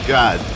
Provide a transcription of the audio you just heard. God